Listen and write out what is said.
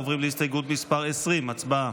עוברים להסתייגות מס' 20, הצבעה.